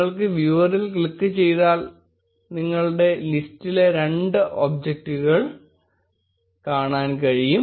നിങ്ങൾ വ്യൂവറിൽ ക്ലിക്ക് ചെയ്താൽ നിങ്ങൾക്ക് ലിസ്റ്റിലെ രണ്ട് ഒബ്ജക്റ്റുകൾ കാണാൻ കഴിയും